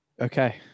Okay